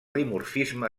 dimorfisme